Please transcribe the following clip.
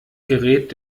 gerät